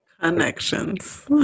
connections